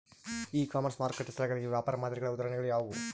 E commerce ಮಾರುಕಟ್ಟೆ ಸ್ಥಳಗಳಿಗೆ ವ್ಯಾಪಾರ ಮಾದರಿಗಳ ಉದಾಹರಣೆಗಳು ಯಾವುವು?